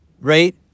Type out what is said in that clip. right